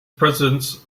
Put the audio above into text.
presence